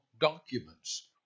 documents